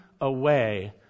away